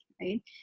Right